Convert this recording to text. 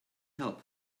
help